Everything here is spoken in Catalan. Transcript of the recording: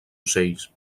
ocells